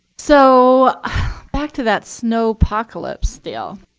so back to that snow apocalypse deal,